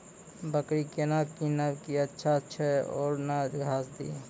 बकरी केना कीनब केअचछ छ औरू के न घास दी?